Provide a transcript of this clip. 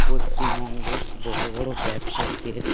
পশ্চিমবঙ্গে বড়ো বড়ো ব্যবসায়ীদের